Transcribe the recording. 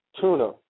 tuna